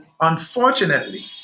unfortunately